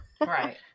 Right